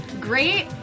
great